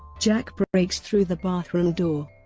jack breaks through the bathroom door,